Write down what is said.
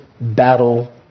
battle